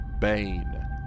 Bane